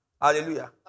Hallelujah